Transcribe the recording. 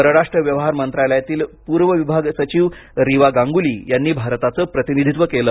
परराष्ट्र व्यवहार मंत्रालयातील पूर्व विभाग सचिव रीवा गांगुली यांनी भारताचं प्रतिनिधित्व केलं